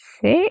Six